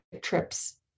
trips